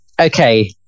Okay